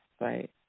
right